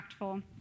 impactful